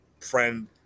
friend